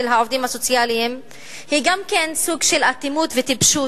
העובדים הסוציאליים הוא גם כן סוג של אטימות וטיפשות,